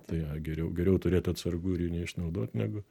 tai va geriau geriau turėt atsargų ir jų neišnaudot negu